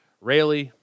Rayleigh